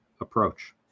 approach